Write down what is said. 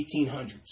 1800s